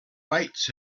lights